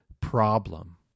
problem